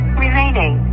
remaining